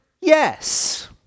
Yes